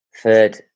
third